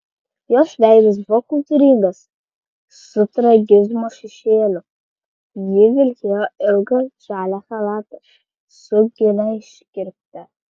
jos veidas buvo kultūringas su tragizmo šešėliu ji vilkėjo ilgą žalią chalatą su gilia iškirpte